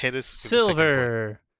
Silver